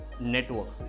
Network